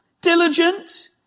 diligent